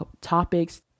topics